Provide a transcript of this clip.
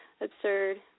absurd